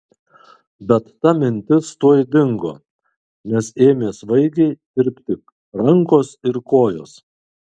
bet ta mintis tuoj dingo nes ėmė svaigiai tirpti rankos ir kojos